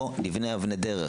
בואו נבנה אבני דרך.